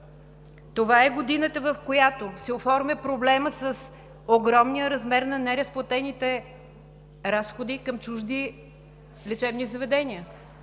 Това е годината, в която се оформя проблемът с огромния размер на неразплатените разходи към чужди лечебни заведения.